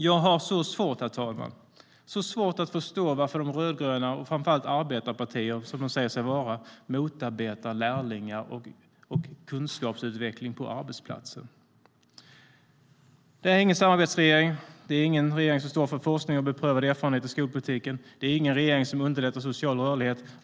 Jag har så svårt, herr talman, att förstå varför de rödgröna partierna - arbetarpartier som de säger sig vara - motarbetar lärlingar och kunskapsutveckling på arbetsplatsen. Det är ingen samarbetsregering. Det är ingen regering som står för forskning och beprövad erfarenhet i skolpolitiken. Det är ingen regering som underlättar social rörlighet.